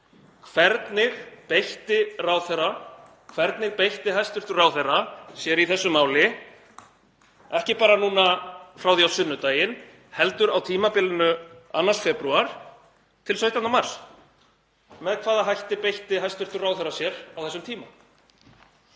Hvernig beitti hæstv. ráðherra sér í þessu máli, ekki bara núna frá því á sunnudaginn heldur á tímabilinu 2. febrúar til 17. mars? Með hvaða hætti beitti hæstv. ráðherra sér á þessum tíma?